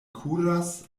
kuras